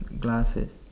glass is